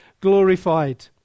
glorified